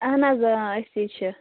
اَہَن حظ آ أسی چھِ